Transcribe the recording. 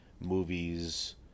movies